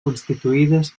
constituïdes